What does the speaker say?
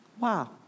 Wow